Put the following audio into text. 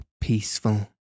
peaceful